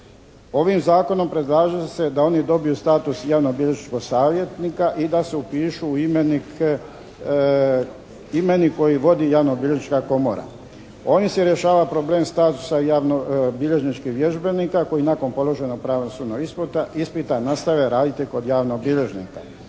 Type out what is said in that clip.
Ovim zakonom predlaže se da oni dobiju status javnobilježničkog savjetnika i da se upišu u imenik koji vodi javnobilježnička komora. Ovim se rješava problem statusa javnobilježničkih vježbenika koji nakon položenog pravosudnog ispita nastave raditi kod javnog bilježnika.